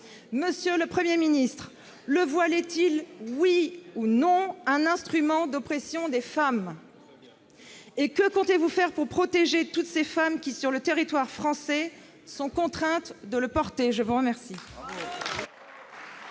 Monsieur le Premier ministre, le voile est-il, oui ou non, un instrument d'oppression des femmes ? Que comptez-vous faire pour protéger toutes ces femmes qui, sur le territoire français, sont contraintes de le porter ? La parole